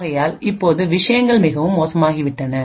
ஆகையால் இப்போது விஷயங்கள் மிகவும் மோசமாகிவிட்டன